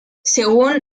según